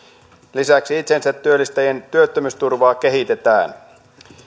lisäksi itsensätyöllistäjien työttömyysturvaa kehitetään